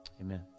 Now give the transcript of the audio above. Amen